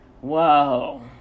Whoa